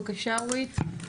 בבקשה אורית.